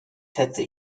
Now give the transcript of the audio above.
schätze